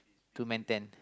two man tent